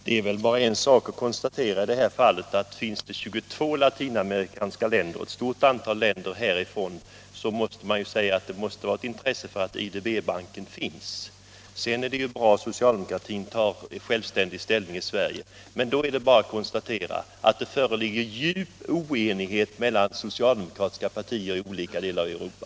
Herr talman! Det är bara en sak att konstatera i det här fallet: Finns det 22 latinamerikanska länder som är medlemmar i IDB och ett stort antal länder från Europa så måste man säga att det finns ett intresse att IDB existerar. Sedan är det ju bra att socialdemokraterna tar självständig ställning i Sverige. Men då är det bara att konstatera att det föreligger djup oenighet mellan socialdemokratiska partier i olika delar av Europa.